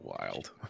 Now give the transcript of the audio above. wild